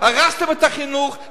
זו הסתה.